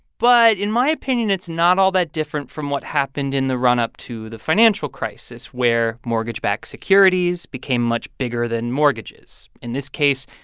but in my opinion, it's not all that different from what happened in the run up to the financial crisis, where mortgage-backed securities became much bigger than mortgages. in this case,